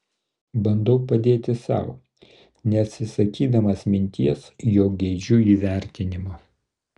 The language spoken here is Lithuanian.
bandau padėti sau neatsisakydamas minties jog geidžiu įvertinimo